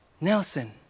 Nelson